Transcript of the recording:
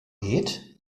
geht